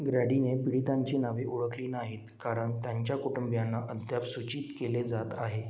ग्रॅडीने पीडितांची नावे ओळखली नाहीत कारण त्यांच्या कुटुंबियांना अद्याप सूचित केले जात आहे